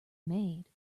made